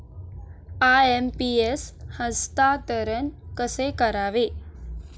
IMPS हस्तांतरण कसे करावे?